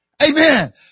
Amen